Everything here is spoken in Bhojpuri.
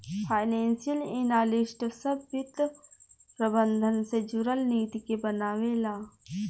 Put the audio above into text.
फाइनेंशियल एनालिस्ट सभ वित्त प्रबंधन से जुरल नीति के बनावे ला